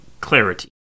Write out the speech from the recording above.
clarity